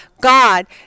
God